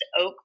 Oak